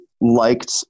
liked